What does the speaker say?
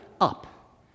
up